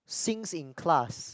sings in class